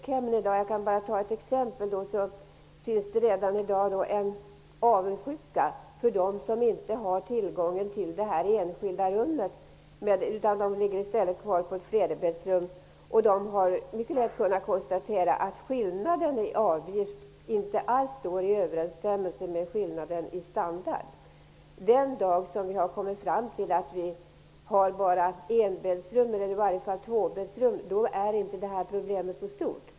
Jag kan ge ett exempel. På sjukhemmen finns i dag en avundsjuka hos dem som inte har tillgång till ett enskilt rum utan ligger kvar på flerbäddsrum. De har lätt kunnat konstatera att skillnaden i avgift inte alls står i överensstämmelse med skillnaden i standard. Den dag det finns en eller tvåbäddsrum blir problemet inte så stort.